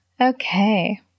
okay